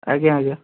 ଆଜ୍ଞା ଆଜ୍ଞା